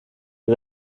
die